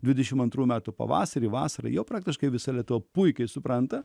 dvidešimt antrų metų pavasarį vasarą jau praktiškai visa lietuva puikiai supranta